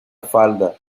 falda